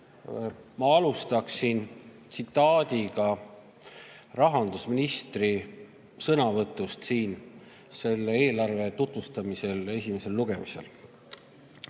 Ma alustan tsitaadiga rahandusministri sõnavõtust selle eelarve tutvustamisel esimesel lugemisel: